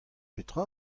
petra